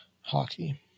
Hockey